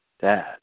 Dad